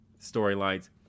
storylines